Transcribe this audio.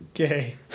Okay